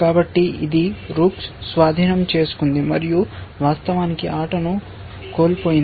కాబట్టి ఇది రూక్ను స్వాధీనం చేసుకుంది మరియు వాస్తవానికి ఆటను కోల్పోయింది